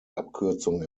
abkürzung